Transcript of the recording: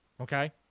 Okay